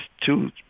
two